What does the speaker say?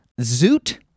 zoot